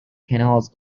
canals